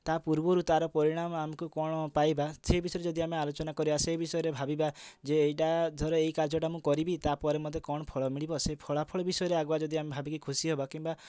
ତା ପୂର୍ବରୁ ତା'ର ପରିଣାମ ଆମକୁ କଣ ପାଇବା ସେ ବିଷୟରେ ଯଦି ଆମେ ଆଲୋଚନା କରିବା ସେ ବିଷୟରେ ଭାବିବା ଯେ ଏଇଟା ଧର ଏଇ କାର୍ଯ୍ୟଟା ମୁଁ କରିବି ତାପରେ ମୋତେ କଣ ଫଳ ମିଳିବ ସେ ଫଳାଫଳ ବିଷୟରେ ଆଗୁଆ ଯଦି ଆମେ ଭାବିକି ଖୁସି ହେବା କିମ୍ବା